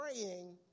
praying